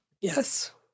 Yes